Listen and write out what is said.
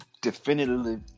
definitively